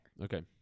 Okay